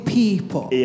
people